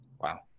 Wow